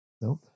Nope